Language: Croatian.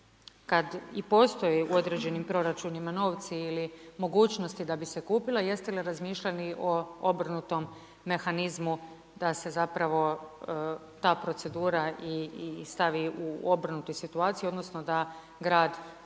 kada i postoje u određenim proračunima novci ili mogućnosti da bi se kupilo jeste li razmišljali o obrnutom mehanizmu da se zapravo ta procedura stavi u obrnutu situaciju odnosno da grad